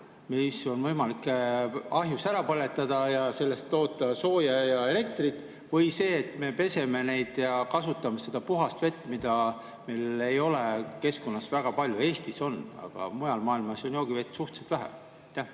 nõude võimalik ahjus ära põletamine, tootes sellest sooja ja elektrit, või see, et me peseme neid ja kasutame seda puhast vett, mida meil ei ole keskkonnas väga palju? Eestis on, aga mujal maailmas on joogivett suhteliselt vähe.